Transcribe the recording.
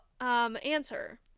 answer